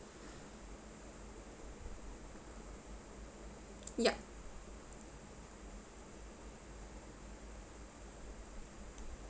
yup